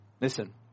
listen